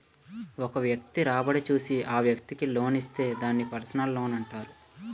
ఒక వ్యక్తి రాబడి చూసి ఆ వ్యక్తికి లోన్ ఇస్తే దాన్ని పర్సనల్ లోనంటారు